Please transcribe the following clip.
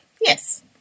Yes